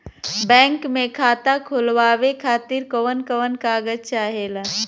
Bank मे खाता खोलवावे खातिर कवन कवन कागज चाहेला?